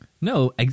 No